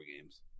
games